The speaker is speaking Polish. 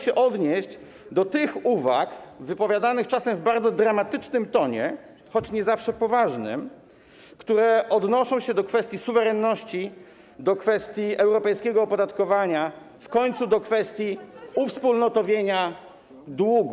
Ja chciałbym się odnieść do tych uwag - wypowiadanych czasem w bardzo dramatycznym tonie, choć nie zawsze poważnym - które odnoszą się do kwestii suwerenności, do kwestii europejskiego opodatkowania, w końcu do kwestii uwspólnotowienia długu.